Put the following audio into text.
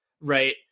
right